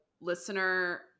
listener